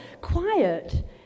quiet